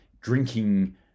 drinking